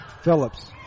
Phillips